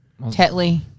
Tetley